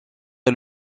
est